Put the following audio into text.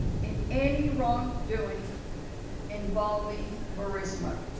in any wrongdoing involving burisma.